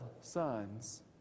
sons